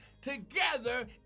together